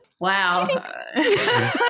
Wow